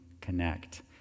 connect